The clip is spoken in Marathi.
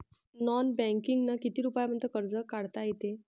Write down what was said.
नॉन बँकिंगनं किती रुपयापर्यंत कर्ज काढता येते?